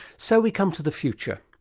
so we come to the future.